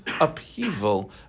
upheaval